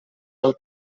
del